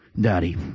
Daddy